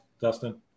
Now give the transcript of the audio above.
Dustin